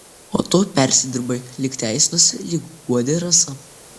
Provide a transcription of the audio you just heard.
o tu persidirbai lyg teisinosi lyg guodė rasa